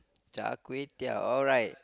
char kueh-teow alright